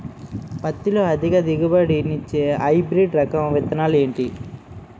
పత్తి లో అధిక దిగుబడి నిచ్చే హైబ్రిడ్ రకం విత్తనాలు ఏంటి